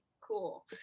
cool